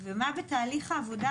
ומה בתהליך העבודה,